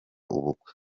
ubukwe